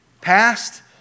past